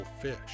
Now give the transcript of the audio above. fish